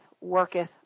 worketh